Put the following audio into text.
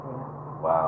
Wow